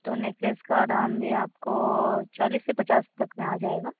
तो नेकलेस का दाम भी आपको चालीस से पचास तक में आ जाएगा